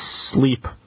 sleep